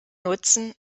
nutzen